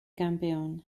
campeón